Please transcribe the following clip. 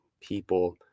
people